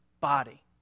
body